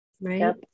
Right